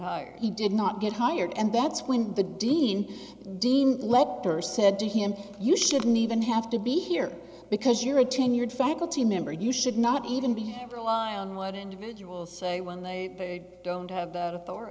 hired he did not get hired and that's when the dean dean leapt or said to him you shouldn't even have to be here because you're a tenured faculty member you should not even be relied on let individual say when they don't